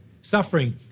Suffering